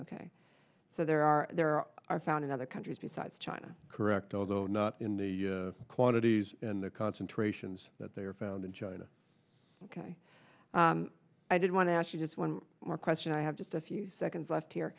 ok so there are there are found in other countries besides china correct although not in the quantities in the concentrations that they are found in china ok i did want to ask you just one more question i have just a few seconds left here